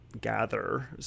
gather